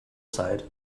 side